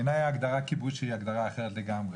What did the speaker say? בעיניי, הגדרה כיבוש היא הגדרה אחרת לגמרי.